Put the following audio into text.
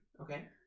Okay